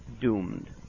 doomed